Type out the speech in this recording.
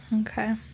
Okay